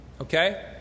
Okay